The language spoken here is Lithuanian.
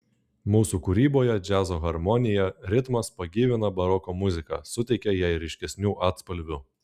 mūsų kūryboje džiazo harmonija ritmas pagyvina baroko muziką suteikia jai ryškesnių atspalvių